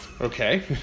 okay